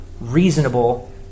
reasonable